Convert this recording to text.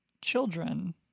children